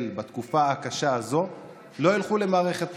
בתקופה הקשה הזאת לא ילכו למערכת בחירות.